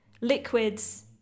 liquids